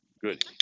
Good